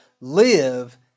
live